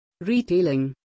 retailing